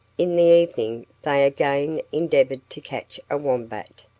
in the evening they again endeavoured to catch a wombat,